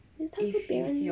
it's 别人